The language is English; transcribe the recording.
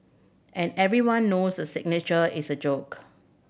and everyone knows the signature is a joke